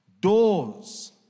doors